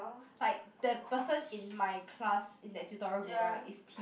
like that person in my class in that tutorial group right is T